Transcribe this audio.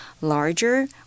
larger